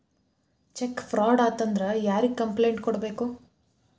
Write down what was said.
check fraud ಆತಂದ್ರ ಯಾರಿಗ್ complaint ಕೂಡ್ಬೇಕು